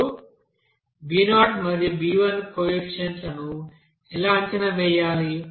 ఇప్పుడు b0 మరియు b1 coefficients లను ఎలా అంచనా వేయాలి